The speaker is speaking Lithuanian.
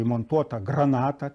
įmontuota granata